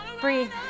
Breathe